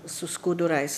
su skudurais